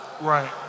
Right